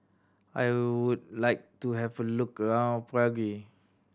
I would like to have a look around Prague